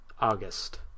August